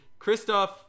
Kristoff